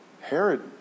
Herod